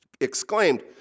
exclaimed